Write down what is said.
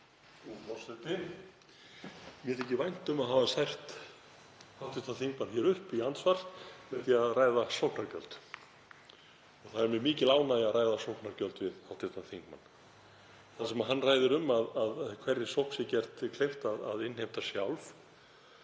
Það er mér mikil ánægja að ræða sóknargjöld við hv. þingmann. Það sem hann ræðir um að hverri sókn sé gert kleift að innheimta sjálf